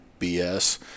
BS